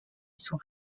sont